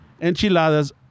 enchiladas